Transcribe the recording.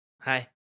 Hi